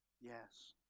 Yes